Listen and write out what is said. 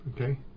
Okay